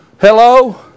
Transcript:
Hello